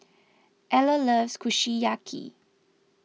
Eller loves Kushiyaki